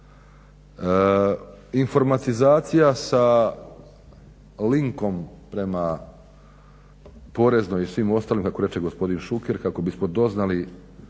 Informatizacija sa linkom prema poreznoj i svim ostalim kako reče gospodin Šuker kako bismo doznali